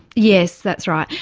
yes, that's right.